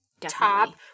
top